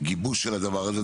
הגיבוש של הדבר הזה.